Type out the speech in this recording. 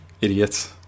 idiots